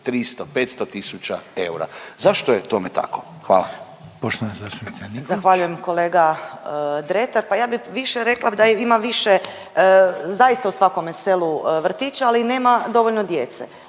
300, 500 tisuća eura. Zašto je tome tako? Hvala.